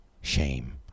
Shame